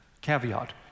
caveat